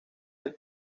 del